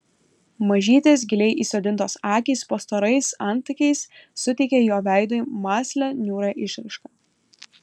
mažytės giliai įsodintos akys po storais antakiais suteikė jo veidui mąslią niūrią išraišką